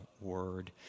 word